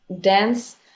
dance